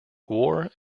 war